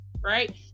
right